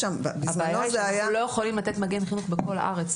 הבעיה היא שאנחנו לא יכולים לתת מגן חינוך בכל הארץ,